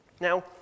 Now